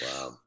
Wow